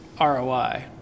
ROI